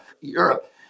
Europe